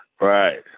Right